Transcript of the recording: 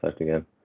again